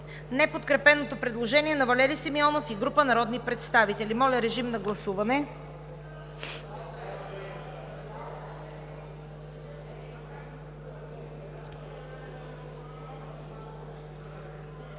неподкрепеното предложение на Валери Симеонов и група народни представители. Гласували